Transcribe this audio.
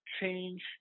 change